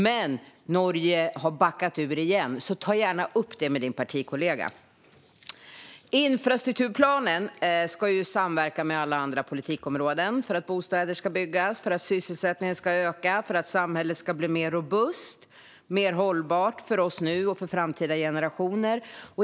Men Norge har backat ur igen, så ta gärna upp det med din partikollega! Infrastrukturplanen ska samverka med alla andra politikområden för att bostäder ska byggas, för att sysselsättningen ska öka och för att samhället ska bli mer robust och mer hållbart för oss nu och för framtida generationer.